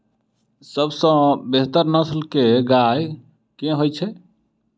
सबसँ बेहतर नस्ल केँ गाय केँ होइ छै?